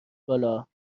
بالا